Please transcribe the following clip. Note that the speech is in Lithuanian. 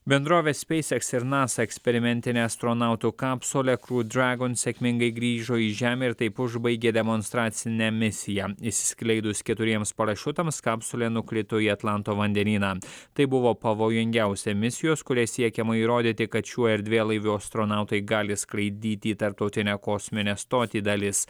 bendrovės spacex ir nasa eksperimentinė astronautų kapsulė kludragon sėkmingai grįžo į žemę ir taip užbaigė demonstracinę misiją išskleidus keturiems parašiutams kapsulė nukrito į atlanto vandenyną tai buvo pavojingiausia misijos kuria siekiama įrodyti kad šiuo erdvėlaiviu astronautai gali skraidyti į tarptautinę kosminę stotį dalis